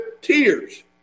tears